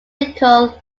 lincoln